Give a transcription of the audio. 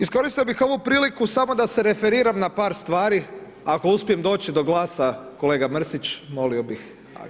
Iskoristio bih ovu priliku samo da se referiram na par stvari ako uspijem doći do glasa, kolega Mrsić molio bih.